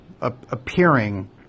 appearing